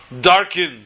darkened